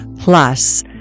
Plus